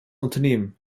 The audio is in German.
unternehmen